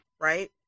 right